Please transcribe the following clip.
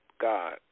God